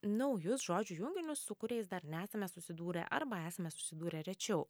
naujus žodžių junginius su kuriais dar nesame susidūrę arba esame susidūrę rečiau